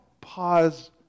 pause